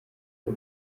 uyu